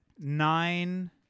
Nine